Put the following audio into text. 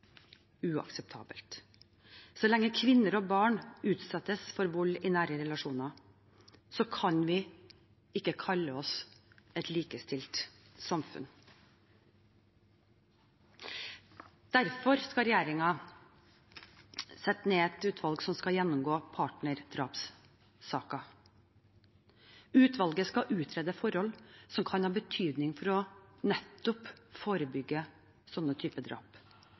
uakseptabelt. Så lenge kvinner og barn utsettes for vold i nære relasjoner, kan vi ikke kalle oss et likestilt samfunn. Derfor skal regjeringen sette ned et utvalg som skal gjennomgå partnerdrapssaker. Utvalget skal utrede forhold som kan ha betydning for å forebygge slike typer drap.